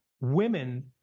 women